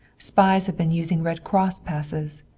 spies have been using red cross passes.